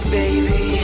baby